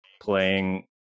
playing